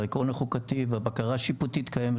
והעקרון החוקתי והבקרה השיפוטית קיימת,